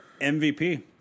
MVP